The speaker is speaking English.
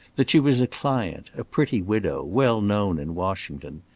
that she was a client, a pretty widow, well known in washington.